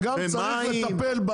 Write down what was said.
זה גם צריך לטפל.